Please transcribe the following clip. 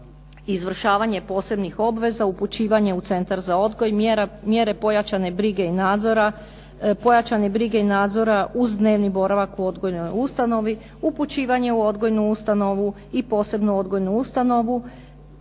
izvršavanje posebnih obveza, upućivanje u centar za odgoj, mjere pojačane brige i nadzora, pojačane brige i nadzora uz dnevni boravak u odgojnoj ustanovi, upućivanje u odgojnu ustanovu i posebnu odgojnu ustanovu